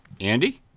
Andy